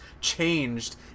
changed